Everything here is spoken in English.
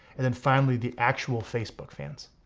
and then finally, the actual facebook fans.